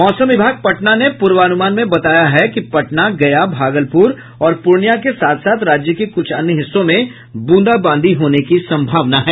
मौसम विभाग पटना ने पूर्वानुमान में बताया है कि पटना गया भागलपुर और पूर्णिया के साथ साथ राज्य के कुछ अन्य हिस्सों में बूंदाबांदी होने की संभावना है